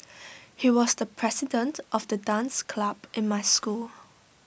he was the president of the dance club in my school